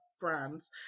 brands